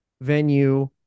venue